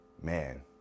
Man